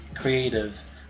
creative